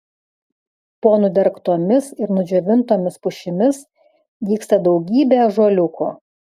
po nudergtomis ir nudžiovintomis pušimis dygsta daugybė ąžuoliukų